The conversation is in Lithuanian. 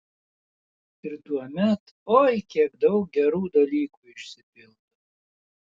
ir tuomet oi kiek daug gerų dalykų išsipildo